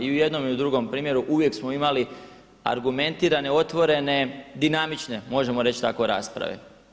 I u jednom i u drugom primjeru uvijek smo imali argumentirane, otvorene dinamične možemo reći tako rasprave.